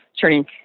turning